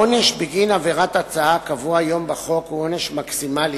העונש בגין עבירת הצתה הקבוע היום בחוק הוא עונש מקסימלי